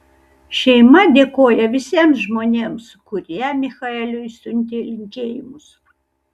šeima dėkoja visiems žmonėms kurie michaeliui siuntė linkėjimus